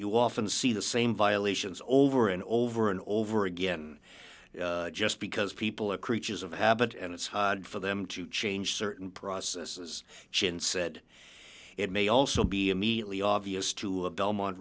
you often see the same violations over and over and over again just because people are creatures of habit and it's hard for them to change certain processes chine said it may also be immediately obvious to belmont